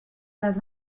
les